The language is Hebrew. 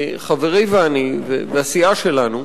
חברי ואני והסיעה שלנו,